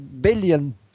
billion